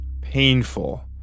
painful